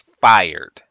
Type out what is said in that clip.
fired